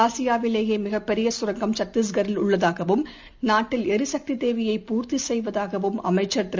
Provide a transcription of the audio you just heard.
ஆசியாவிலேயேமிகப் பெரியசுரஙகம் சத்தீஸ்கரில் உள்ளதாகவும் நாட்டில் எரிசக்திக் தேவையை பூர்த்திசெய்வதாகவும் அமைச்சர் திரு